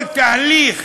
כל תהליך